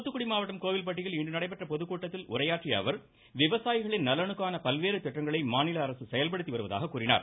தூத்துக்குடி மாவட்டம் கோவில்பட்டியில் இன்று நடைபெற்ற பொதுக்கூட்டத்தில் உரையாற்றியஅவர் விவசாயிகளின் நலனுக்கான பல்வேறு திட்டங்களை மாநிலஅரசு செயல்படுத்திவருவதாக கூறினார்